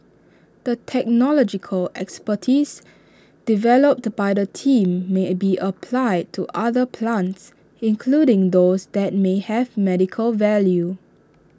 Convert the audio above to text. the technological expertise developed by the team may be applied to other plants including those that may have medical value